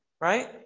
right